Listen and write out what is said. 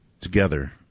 together